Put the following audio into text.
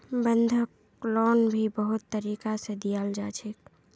बंधक लोन भी बहुत तरीका से दियाल जा छे